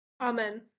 Amen